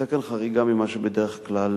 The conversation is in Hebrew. היתה כאן חריגה ממה שבדרך כלל